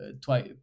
twice